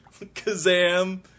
Kazam